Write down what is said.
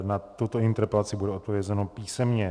Na tuto interpelaci bude odpovězeno písemně.